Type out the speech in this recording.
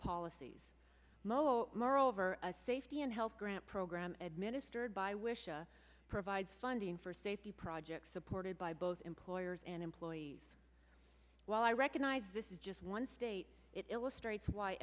policies moreover a safety and health grant program administered by wisha provides funding for safety projects supported by both employers and employees while i recognize this is just one state it illustrates